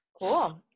cool